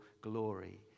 glory